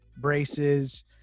braces